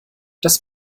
das